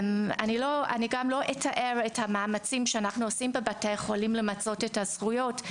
גם לא אתאר את המאמצים שאנחנו עושים בבית החולים למצות את הזכויות.